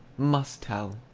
must tell!